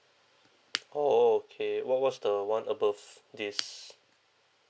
orh okay what what was the one above this